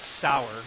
sour